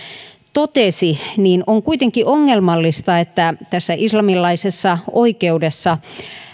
totesi on kuitenkin ongelmallista että islamilaisessa oikeudessa